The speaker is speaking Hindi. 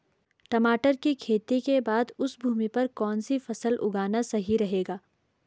टमाटर की खेती के बाद उस भूमि पर कौन सी फसल उगाना सही रहेगा?